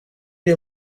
iri